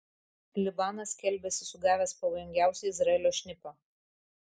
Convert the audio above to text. libanas skelbiasi sugavęs pavojingiausią izraelio šnipą